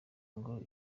ngo